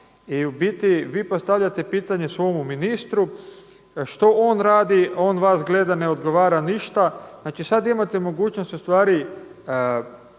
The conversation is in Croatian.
i u biti vi postavljate pitanje svome ministru što on radi, on vas gleda, ne odgovara ništa. Znači sada imate mogućnost ustvari